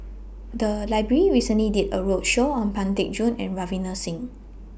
The Library recently did A roadshow on Pang Teck Joon and Ravinder Singh